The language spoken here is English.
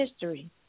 history